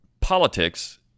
politics